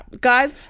Guys